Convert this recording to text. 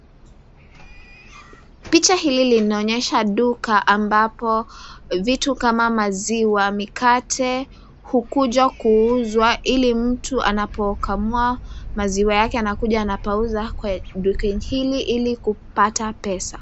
Picha hii inaonyesha duka ambapo vitu kama maziwa, mkate ukuja kuuzwa hili mtu anapokamua maziwa yake anakuja kuyauza kwa duka hili ili kupata pesa.